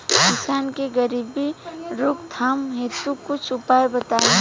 किसान के गरीबी रोकथाम हेतु कुछ उपाय बताई?